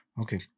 Okay